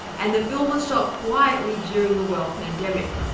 and the film was shot quietly during the world pandemic.